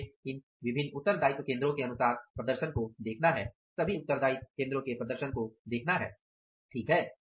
अब हमें इन विभिन्न उत्तरदायित्व केंद्रों के अनुसार प्रदर्शन को देखना होगा ठीक है